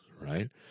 Right